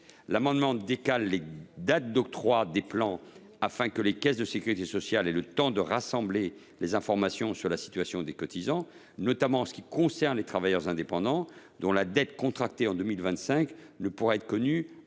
de décaler les dates d’octroi des plans, afin que les caisses de sécurité sociale aient le temps de rassembler les informations sur la situation des cotisants, notamment en ce qui concerne les travailleurs indépendants, dont la dette contractée en 2025 ne pourra être connue